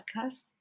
podcast